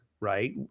right